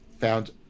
found